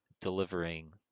delivering